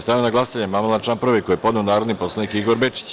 Stavljam na glasanje amandman na član 2. koji je podneo narodni poslanik Igor Bečić.